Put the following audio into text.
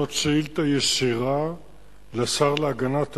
זאת שאילתא ישירה לשר להגנת העורף,